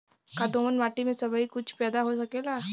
का दोमट माटी में सबही कुछ पैदा हो सकेला?